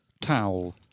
Towel